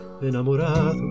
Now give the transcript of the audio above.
enamorado